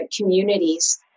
communities